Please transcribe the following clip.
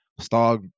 Stog